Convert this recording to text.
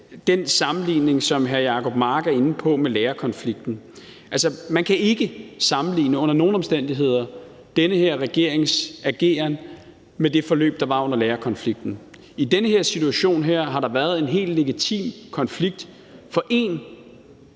med lærerkonflikten, som hr. Jacob Mark er inde på. Altså, man kan ikke under nogen omstændigheder sammenligne den her regerings ageren med det forløb, der var under lærerkonflikten. I den her situation har der været en helt legitim konflikt for én